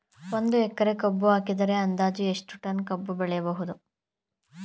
ಒಂದು ಎಕರೆ ಕಬ್ಬು ಹಾಕಿದರೆ ಅಂದಾಜು ಎಷ್ಟು ಟನ್ ಕಬ್ಬು ಬೆಳೆಯಬಹುದು?